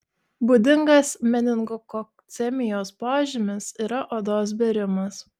būdingas meningokokcemijos požymis yra odos bėrimas